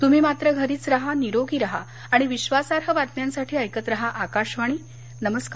तम्ही मात्र घरीच राहा निरोगी राहा आणि विश्वासार्ह बातम्यांसाठी ऐकत राहा आकाशवाणी नमरकार